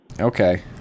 Okay